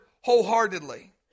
wholeheartedly